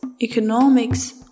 economics